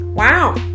Wow